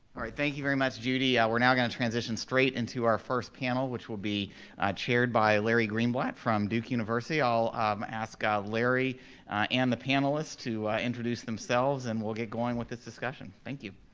all right, thank you very much, judy. we're now gonna transition straight into our first panel, which will be chaired by larry greenblatt from duke university, i'll um ask um larry and the panelists to introduce themselves and we'll get going with this discussion, thank you.